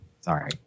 Sorry